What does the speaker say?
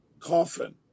coffin